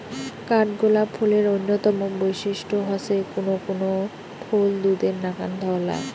কাঠগোলাপ ফুলের অইন্যতম বৈশিষ্ট্য হসে কুনো কুনো ফুল দুধের নাকান ধওলা